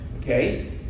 Okay